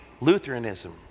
Lutheranism